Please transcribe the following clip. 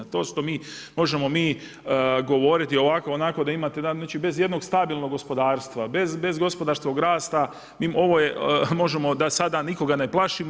To što mi, možemo mi govoriti ovako-onako da imate znači, bez ijednog stabilnog gospodarstva, bez gospodarskog rasta ovo je možemo da sada nikoga ne plašimo.